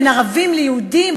בין ערבים ליהודים,